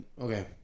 okay